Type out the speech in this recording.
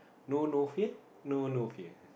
no no fear no no fear